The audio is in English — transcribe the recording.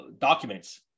documents